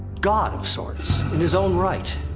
god, of sorts, in his own right.